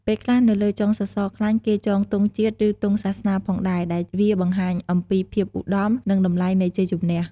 ពេលខ្លះនៅលើចុងសសរខ្លាញ់គេចងទង់ជាតិ ឬទង់សាសនា ផងដែរ ដែលវាបង្ហាញអំពីភាពឧត្តម និងតម្លៃនៃជ័យជម្នះ។